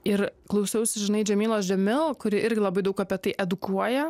ir klausausi žinai džemilos džemil kuri irgi labai daug apie tai edukuoja